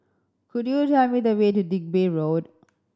could you tell me the way to Digby Road